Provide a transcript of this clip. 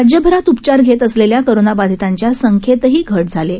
राज्यभरात उपचार घेत असलेल्या कोरोनाबाधितांच्या संख्येतही घट झाली आहे